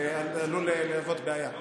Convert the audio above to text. זה עלול להוות בעיה.